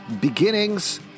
Beginnings